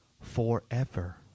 forever